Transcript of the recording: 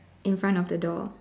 in front of the door